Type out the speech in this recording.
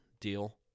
deal